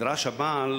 נדרש הבעל